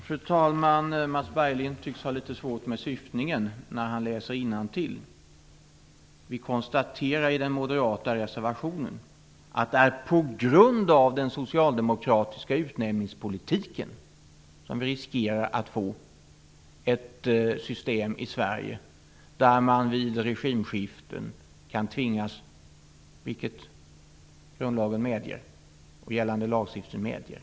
Fru talman! Mats Berglind tycks ha litet problem med syftningen när han läser innantill. Vi konstaterar i den moderata reservationen att vi på grund av den socialdemokratiska utnämningspolitiken riskerar att i Sverige få ett system där man vid regimskiften kan tvingas till utbyten på olika tjänster, vilket lagstiftningen medger.